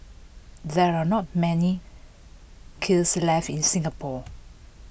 there are not many kilns left in Singapore